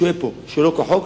שוהה פה שלא כחוק,